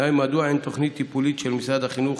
2. מדוע אין תוכנית טיפולית של משרד החינוך